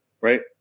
right